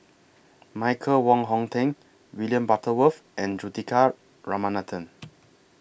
Michael Wong Hong Teng William Butterworth and Juthika Ramanathan